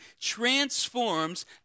transforms